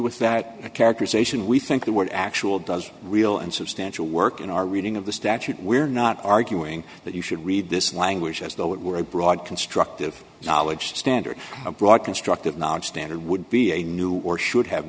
with that characterization we think the word actual does real and substantial work in our reading of the statute we're not arguing that you should read this language as though it were a broad constructive knowledge standard a broad construct of nonstandard would be a new or should have